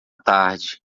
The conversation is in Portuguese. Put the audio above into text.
tarde